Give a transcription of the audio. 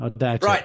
Right